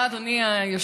תודה, אדוני היושב-ראש.